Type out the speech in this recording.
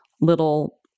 little